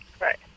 Right